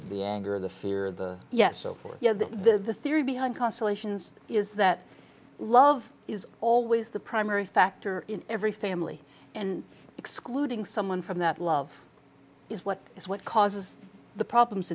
the anger the fear the yes so you know that the the theory behind consolations is that love is always the primary factor in every family and excluding someone from that love is what is what causes the problems